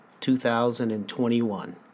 2021